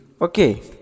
Okay